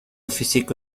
físico